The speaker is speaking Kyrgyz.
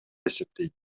эсептейт